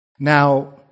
Now